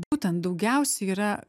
būtent daugiausia yra